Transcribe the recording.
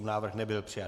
Návrh nebyl přijat.